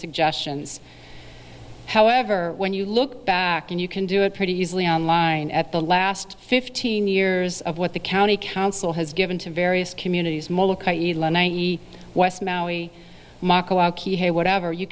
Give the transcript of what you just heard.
suggestions however when you look back and you can do it pretty easily on line at the last fifteen years of what the county council has given to various communities west maui key whatever you